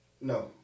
No